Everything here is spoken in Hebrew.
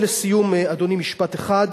לסיום, אדוני, עוד משפט אחד.